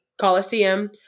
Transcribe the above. Coliseum